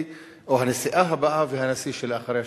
או הנשיאה הבאה והנשיא שלאחריה,